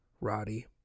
Roddy